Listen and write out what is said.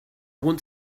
want